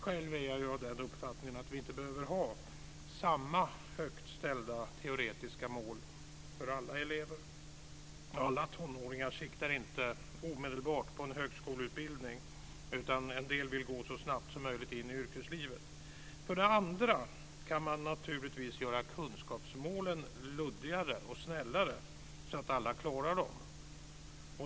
Själv är jag av den uppfattningen att vi inte behöver ha samma högt ställda teoretiska mål för alla elever. Alla tonåringar siktar inte omedelbart på en högskoleutbildning, utan en del vill så snabbt som möjligt in i yrkeslivet. För det andra kan man naturligtvis göra kunskapsmålen luddigare och snällare så att alla klarar dem.